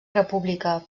república